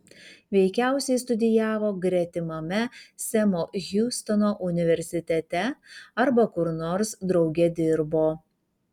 veikiausiai studijavo gretimame semo hiustono universitete arba kur nors drauge dirbo